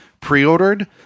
pre-ordered